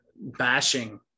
bashing